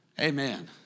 Amen